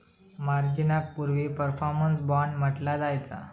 मार्जिनाक पूर्वी performance bond म्हटला जायचा